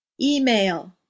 Email